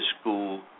school